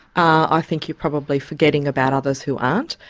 i think you're probably forgetting about others who aren't,